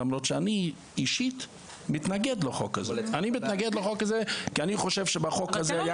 למרות שאני אישית מתנגד לחוק הזה כי אני חושב שבחוק הזה היה